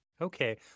Okay